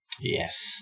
Yes